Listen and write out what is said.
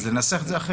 בסדר, ננסח את זה אחרת.